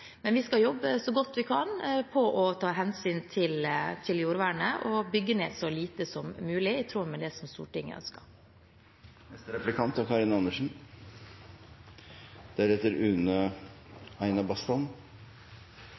Men vi skal jobbe så godt vi kan med å ta hensyn til jordvernet og bygge ned så lite som mulig, i tråd med det som Stortinget ønsker.